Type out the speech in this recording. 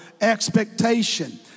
expectation